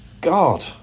God